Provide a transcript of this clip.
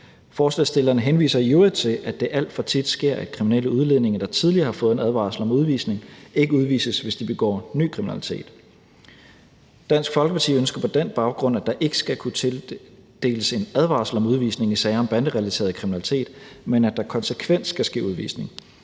Forslagsstillerne henviser i øvrigt til, at det alt for tit sker, at kriminelle udlændinge, der tidligere har fået en advarsel om udvisning, ikke udvises, hvis de begår ny kriminalitet. Dansk Folkeparti ønsker på den baggrund, at der ikke skal kunne tildeles en advarsel om udvisning i sager om banderelateret kriminalitet, men at der konsekvent skal ske udvisning.